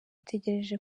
ategereje